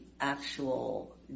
actual